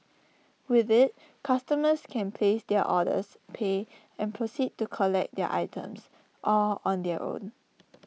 with IT customers can place their orders pay and proceed to collect their items all on their own